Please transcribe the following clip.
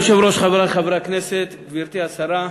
אדוני היושב-ראש, חברי חברי הכנסת, גברתי השרה,